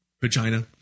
vagina